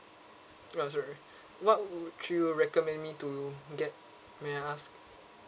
ya sorry what would you recommend me to get may I ask